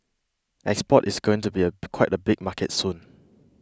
export is going to be up quite a big market soon